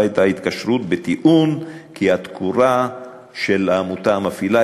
את ההתקשרות בטיעון שהתקורה של העמותה המפעילה,